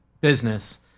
business